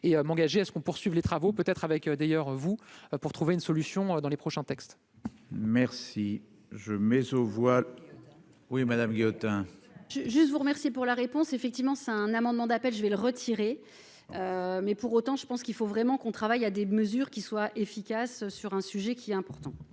et m'engager à ce qu'on poursuive les travaux peut être avec d'ailleurs vous pour trouver une solution dans les prochains textes. Merci. Je mais aux voix oui madame Guillotin. Je juste vous remercier pour la réponse, effectivement c'est un amendement d'appel, je vais le retirer mais pour autant je pense qu'il faut vraiment qu'on travaille à des mesures qui soient efficaces sur un sujet qui est important.